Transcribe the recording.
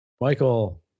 Michael